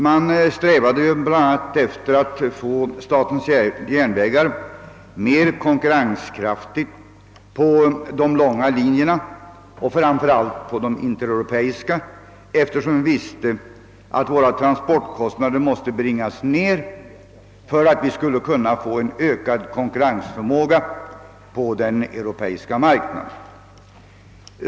Vår strävan var då bl.a. att göra statens järnvägar mer konkurrenskraftiga på de långa linjerna och framför allt på de intereuropeiska linjerna, eftersom vi visste att våra transportkostnader måste nedbringas för att vi skulle kunna öka vår konkurrensförmåga på den europeiska marknaden.